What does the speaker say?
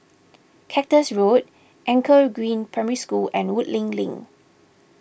Cactus Road Anchor Green Primary School and Woodleigh Link